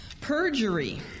Perjury